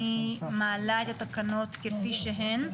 אני מעלה את התקנות כפי שהן,